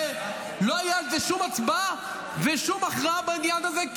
ולא הייתה על זה שום הצבעה ושום הכרעה בעניין הזה,